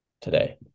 Today